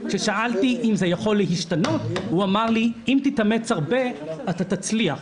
כששאלתי אם זה יכול להשתנות הוא אמר לי: אם תתאמץ הרבה אתה תצליח.